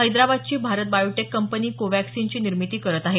हैदराबादची Bharat Biotech company कोवॅक्सिनची निर्मिती करत आहे